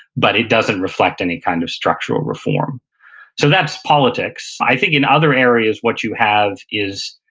but it doesn't reflect any kind of structural reform so, that's politics. i think, in other areas what you have is,